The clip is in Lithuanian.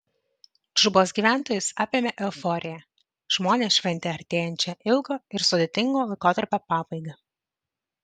džubos gyventojus apėmė euforija žmonės šventė artėjančią ilgo ir sudėtingo laikotarpio pabaigą